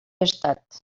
estat